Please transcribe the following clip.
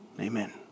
amen